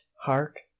hark